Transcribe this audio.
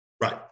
Right